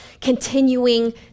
continuing